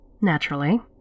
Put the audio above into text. Naturally